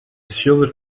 schilder